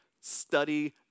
study